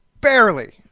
barely